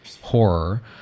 horror